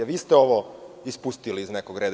Vi ste ovo ispustili iz nekog reda.